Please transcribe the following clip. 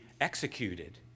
executed